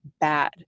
bad